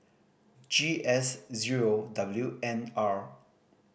G S zero W N R